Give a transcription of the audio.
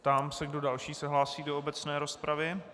Ptám se, kdo další se hlásí do obecné rozpravy.